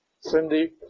Cindy